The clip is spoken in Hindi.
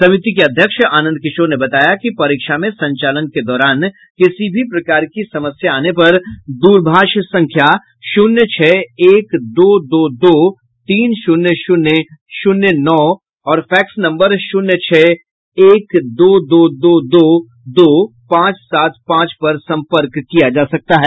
समिति के अध्यक्ष आनंद किशोर ने बताया कि परीक्षा में संचालन के दौरान किसी भी प्रकार की समस्या आने पर द्रभाष संख्या शून्य छह एक दो दो दो तीन शून्य शून्य शून्य नौ और फैक्स नम्बर शून्य छह एक दो दो दो दो दो पांच सात पांच पर संपर्क किया जा सकता है